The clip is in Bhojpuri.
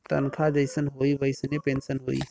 तनखा जइसन होई वइसने पेन्सन होई